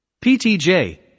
Ptj